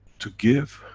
to give,